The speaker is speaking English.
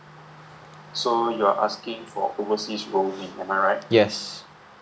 yes